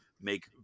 make